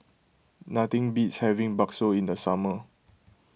nothing beats having Bakso in the summer